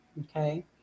okay